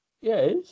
Yes